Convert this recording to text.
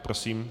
Prosím.